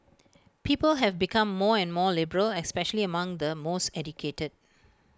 people have become more and more liberal especially among the most educated